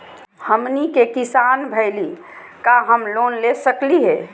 हमनी के किसान भईल, का हम लोन ले सकली हो?